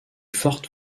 fortes